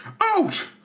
Out